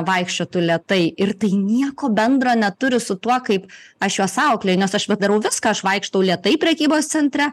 vaikščiotų lėtai ir tai nieko bendro neturi su tuo kaip aš juos auklėju nes aš va darau viską aš vaikštau lėtai prekybos centre